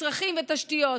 מצרכים ותשתיות.